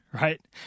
right